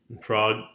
frog